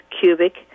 cubic